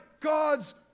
God's